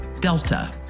Delta